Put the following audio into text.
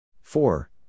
Four